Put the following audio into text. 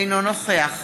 אינו נוכח